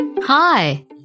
Hi